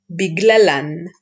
biglalan